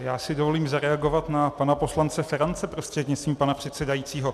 Já si dovolím zareagovat na pana poslance Ferance prostřednictvím pana předsedajícího.